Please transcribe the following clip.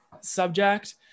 subject